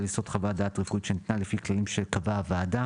על יסוד חוות דעת רפואית שניתנה לפי כללים שקבעה הוועדה,